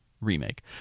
remake